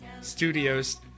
studios